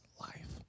life